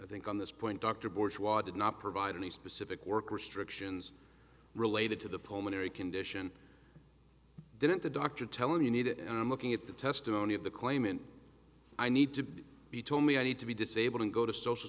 i think on this point dr bush was did not provide any specific work restrictions related to the poem unary condition didn't the doctor tell him you need it and i'm looking at the testimony of the claimant i need to be told me i need to be disabled and go to social